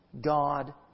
God